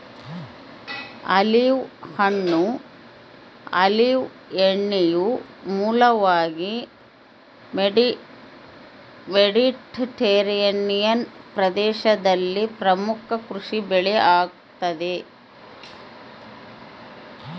olive ಹಣ್ಣು olive ಎಣ್ಣೆಯ ಮೂಲವಾಗಿ ಮೆಡಿಟರೇನಿಯನ್ ಪ್ರದೇಶದಲ್ಲಿ ಪ್ರಮುಖ ಕೃಷಿಬೆಳೆ ಆಗೆತೆ